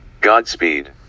Godspeed